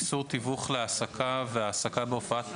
איסור תיווך להעסקה והעסקה בהופעת פרסום.